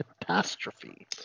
catastrophe